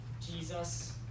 Jesus